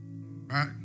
Right